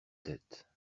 têtes